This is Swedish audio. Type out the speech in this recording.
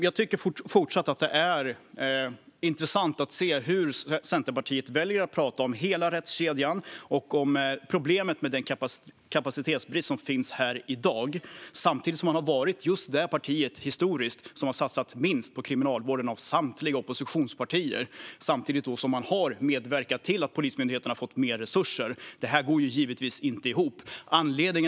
Jag tycker fortsatt att det är intressant att höra hur Centerpartiet väljer att tala om hela rättskedjan och om problemet med kapacitetsbristen i dag, samtidigt som man historiskt har varit det parti som har satsat minst på Kriminalvården av samtliga oppositionspartier och samtidigt som man har medverkat till att Polismyndigheten har fått mer resurser. Det här går givetvis inte ihop.